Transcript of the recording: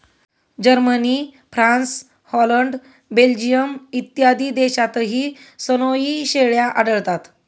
Germany, France, Holland, Belgium इत्यादी देशांतही सनोई शेळ्या आढळतात